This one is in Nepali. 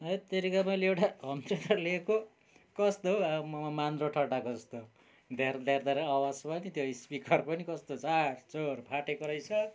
हत्तेरिका मैले एउटा होम थिएटर लिएको कस्तो हौ आम्ममम मान्द्रो ठट्टाको जस्तो ध्यारध्यारध्यार आवाज पनि त्यो स्पिकर पनि कस्तो चाडचोड फाटेको रहेछ